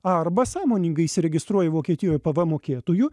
arba sąmoningai įsiregistruoji vokietijoj pvm mokėtoju